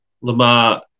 Lamar